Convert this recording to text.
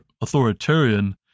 authoritarian